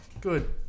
good